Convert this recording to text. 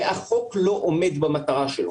והחוק לא עומד במטרה שלו.